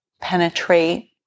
penetrate